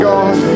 God